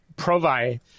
Provi